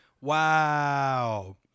Wow